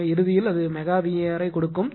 எனவே இறுதியில் அது மெகா VAr ஐ கொடுக்கும்